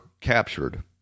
captured